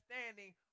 standing